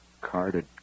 carded